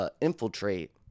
infiltrate